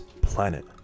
planet